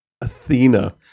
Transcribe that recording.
Athena